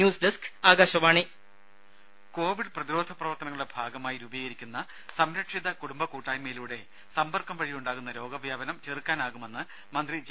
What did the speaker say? news desk Akashvani രുമ Covid പ്രതിരോധ പ്രവർത്തനങ്ങളുടെ ഭാഗമായി രൂപീകരിക്കുന്ന സംരക്ഷിത കുടുംബ കൂട്ടായ്മയിലൂടെ സമ്പർക്കം വഴിയുണ്ടാകുന്ന രോഗവ്യാപനം ചെറുക്കാനാകുമെന്ന് മന്ത്രി ജെ